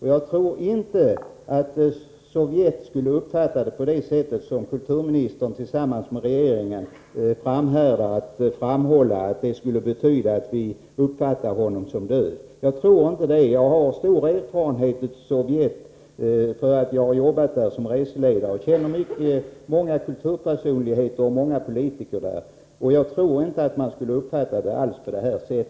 Jag tror inte att Sovjet skulle uppfatta saken så som kulturministern tillsammans med regeringen framhärdar att hävda, att det skulle betyda att vi uppfattar Raoul Wallenberg som död. Jag har stor erfarenhet av Sovjet. Jag har arbetat där som reseledare och känner många kulturpersonligheter och politiker där. Jag tror inte alls att man skulle uppfatta saken på detta sätt.